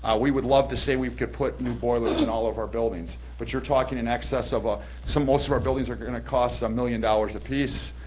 ah we would love to say we could put new boilers in all of our buildings, but you're talking in excess ah so most of our buildings are gonna cost a million dollars a piece.